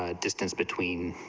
ah distance between